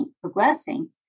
progressing